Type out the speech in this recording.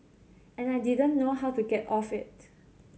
and I didn't know how to get off it